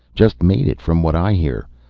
just made it, from what i hear.